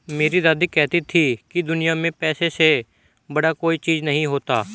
मेरी दादी कहती थी कि दुनिया में पैसे से बड़ा कोई चीज नहीं होता